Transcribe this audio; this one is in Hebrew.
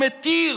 הוא מתיר